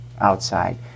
outside